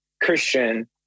Christian